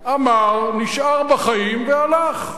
אמר, נשאר בחיים והלך.